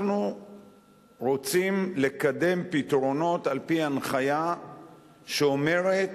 אנחנו רוצים לקדם פתרונות על-פי הנחיה שאומרת